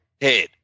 head